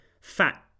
fat